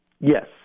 Yes